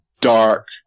dark